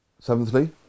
Seventhly